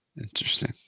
Interesting